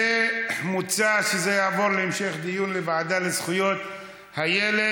מוצע שזה יעבור להמשך דיון בוועדה לזכויות הילד.